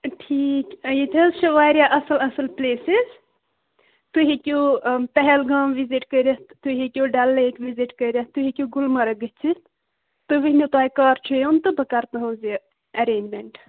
ٹھیٖک ییٚتہِ حظ چھِ واریاہ اَصٕل اَصٕل پٕلیسِز تُہۍ ہیٚکِو پہلگام وِزِٹ کٔرِتھ تُہۍ ہیٚکِو ڈَل لیک وِزِٹ کٔرِتھ تُہۍ ہیٚکِو گُلمَرٕگ گٔژھِتھ تُہۍ ؤنِو تۄہہِ کَر چھُ یُن تہٕ بہٕ کَرٕ تہِ ایٚرینٛجمٮ۪نٛٹ